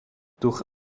durch